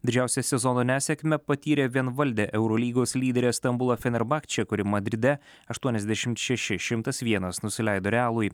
didžiausią sezono nesėkmę patyrė vienvaldė eurolygos lyderė stambulo fenerbakče kuri madride aštuoniasdešimt šeši šimtas vienas nusileido realui